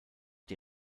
die